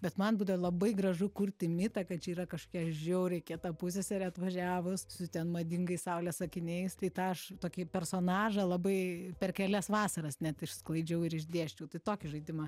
bet man būdavo labai gražu kurti mitą kad čia yra kažkokia žiauriai kieta pusseserė atvažiavus su ten madingais saulės akiniais tai tą aš tokį personažą labai per kelias vasaras net išsklaidžiau ir išdėsčiau tai tokį žaidimą